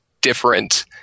different